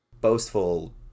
boastful